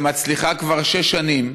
ומצליחה כבר שש שנים